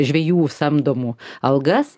žvejų samdomų algas